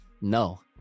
no